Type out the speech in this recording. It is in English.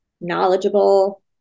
knowledgeable